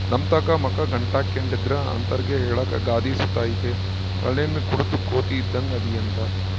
ನಮ್ತಾಕ ಮಕ ಗಂಟಾಕ್ಕೆಂಡಿದ್ರ ಅಂತರ್ಗೆ ಹೇಳಾಕ ಗಾದೆ ಸುತ ಐತೆ ಹರಳೆಣ್ಣೆ ಕುಡುದ್ ಕೋತಿ ಇದ್ದಂಗ್ ಅದಿಯಂತ